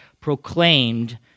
proclaimed